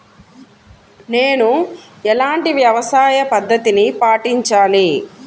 నేను ఎలాంటి వ్యవసాయ పద్ధతిని పాటించాలి?